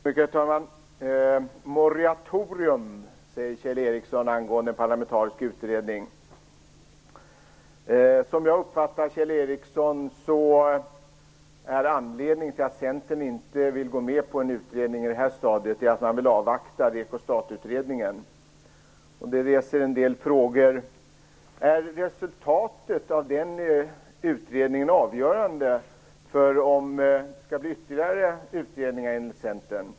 Herr talman! Moratorium, säger Kjell Ericsson angående en parlamentarisk utredning. Som jag uppfattar Kjell Ericsson är anledningen till att Centern inte vill gå med på en utredning i det här stadiet att man vill avvakta REKO-STAT-utredningen. Det reser en del frågor. Är resultatet av den utredningen enligt Centern avgörande för om det skall bli ytterligare utredningar?